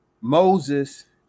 Moses